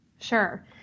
Sure